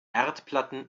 erdplatten